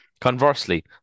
Conversely